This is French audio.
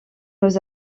nos